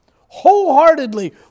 wholeheartedly